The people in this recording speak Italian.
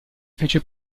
fece